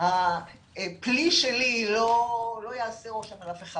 הכלי שלי לא יעזור לאף אחד,